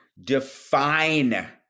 define